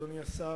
אדוני השר,